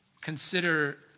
Consider